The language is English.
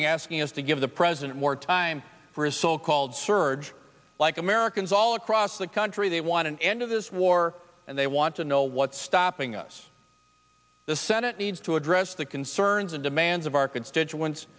asking us to give the president more time for his so called surge like americans all across the country they want an end of this war and they want to know what's stopping us the senate needs to address the concerns and demands of our constituents